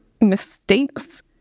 mistakes